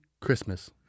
Christmas